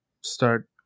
start